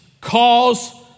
cause